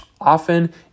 Often